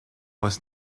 was